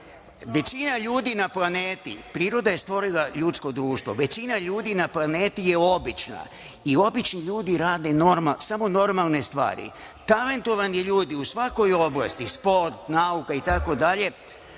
većina ljudi na planeti, priroda je stvorila ljudsko društvo, većina ljudi na planeti je obična i obični ljudi rade samo normalne stvari. Talentovani ljudi u svakoj oblasti, sport, nauka itd,